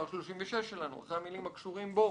אחרי המילים "הקשורים בו"